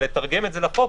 ולתרגם את זה לחוק,